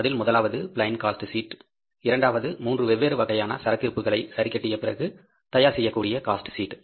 அதில் முதலாவது plain cost sheet இரண்டாவது மூன்று வெவ்வேறு வகையான சரக்கு இருப்புகளை சரி கட்டியபிறகு தயார் செய்யக்கூடிய காஸ்ட் சீட்